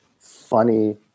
funny